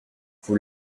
vous